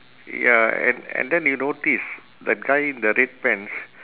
ya and and then you notice the guy in the red pants